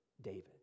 David